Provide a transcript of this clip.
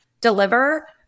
deliver